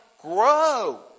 grow